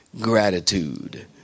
gratitude